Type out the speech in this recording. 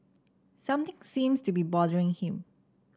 something seems to be bothering him